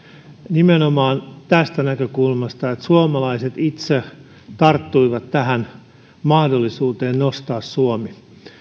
nimenomaan tästä näkökulmasta että suomalaiset itse tarttuivat tähän mahdollisuuteen nostaa suomi